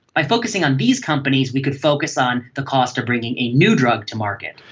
by focusing on these companies we could focus on the cost of bringing a new drug to market.